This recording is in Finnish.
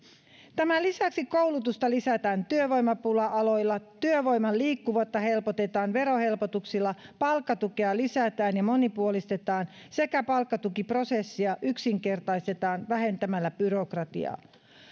tämän lisäksi koulutusta lisätään työvoimapula aloilla työvoiman liikkuvuutta helpotetaan verohelpotuksilla palkkatukea lisätään ja monipuolistetaan sekä palkkatukiprosessia yksinkertaistetaan vähentämällä byrokratiaa